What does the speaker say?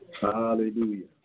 Hallelujah